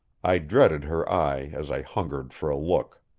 i dreaded her eye as i hungered for a look.